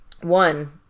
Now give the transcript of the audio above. One